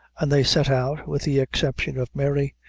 and they set out, with the exception of mary,